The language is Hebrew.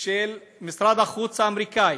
של משרד החוץ האמריקני